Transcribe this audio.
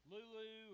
Lulu